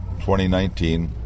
2019